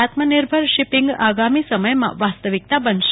આત્મનિર્ભર શિપિંગ આગામી સમયમાં વાસ્તવિકતા બનશે